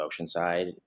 Oceanside